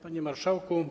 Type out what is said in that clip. Panie Marszałku!